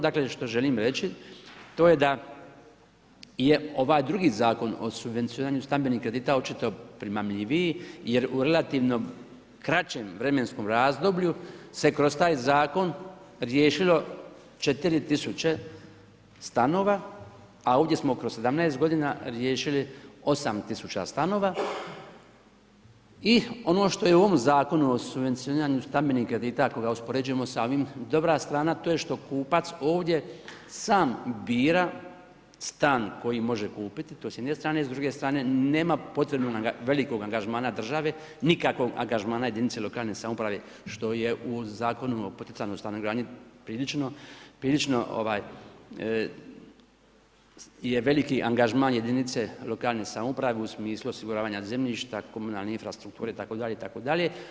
Dakle što želim reći, to je da je ovaj drugi Zakon o subvencioniranju stambenih kredita očito primamljiviji jer u relativno kraćem vremenskom razdoblju se kroz taj zakon riješilo 4000 stanova, a ovdje smo kroz 17 godina riješili 8000 stanova i ono što je u ovom Zakonu o subvencioniranju stambenih kredita, ako ga uspoređujemo s ovim dobra strana, to je što kupac ovdje sam bira stan koji može kupiti, to s jedne strane i s druge strane nema potrebnoga velikog angažmana države, nikakvog angažmana jedinice lokalne samouprave, što je u Zakonu o poticajnoj stanogradnji prilično je veliki angažman jedinice lokalne samouprave u smislu osiguravanja zemljišta, komunalne infrastrukture itd., itd.